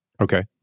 Okay